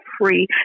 free